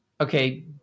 Okay